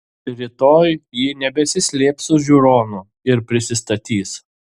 rytoj ji nebesislėps už žiūronų ir prisistatys